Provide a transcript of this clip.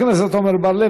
חבר הכנסת עמר בר-לב,